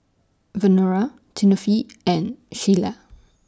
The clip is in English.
Verona Tiffany and Sheilah